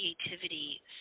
creativity